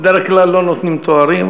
בדרך כלל לא נותנים תארים.